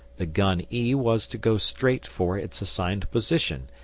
the gun e was to go straight for its assigned position,